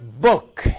book